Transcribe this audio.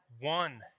one